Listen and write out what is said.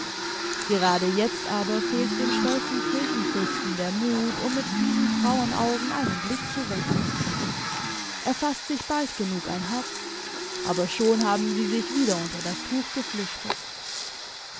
gerade jetzt aber fehlt dem stolzen kirchenfürsten der mut um mit diesen frauenaugen einen blick zu wechseln er faßt sich bald genug ein herz aber schon haben sie sich wieder unter das tuch geflüchtet